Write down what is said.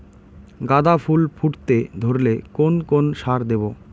গাদা ফুল ফুটতে ধরলে কোন কোন সার দেব?